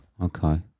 Okay